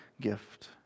gift